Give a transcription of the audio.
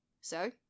So